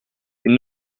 une